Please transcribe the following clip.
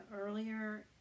earlier